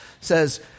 says